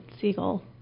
seagull